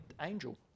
Angel